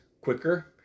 quicker